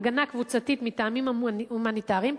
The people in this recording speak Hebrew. הגנה קבוצתית מטעמים הומניטריים,